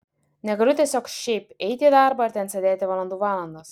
negaliu tiesiog šiaip eiti į darbą ir ten sėdėti valandų valandas